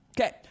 Okay